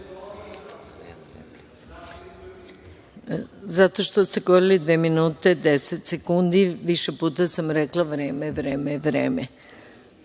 Zato što ste govorili dva minuta i 10 sekundi. Više puta sam rekla - vreme, vreme, vreme.